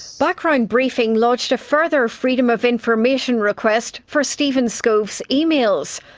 background briefing lodged a further freedom of information request for steven skov's emails.